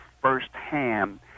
firsthand